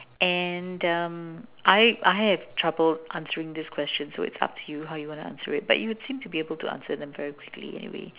and the I I have trouble answering this question so it's up to you how you going to answer it but you seem to answer them very quickly anyway